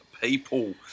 people